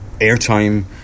airtime